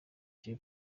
jay